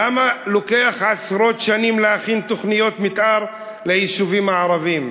למה לוקח עשרות שנים להכין תוכניות מתאר ליישובים הערביים?